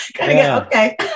Okay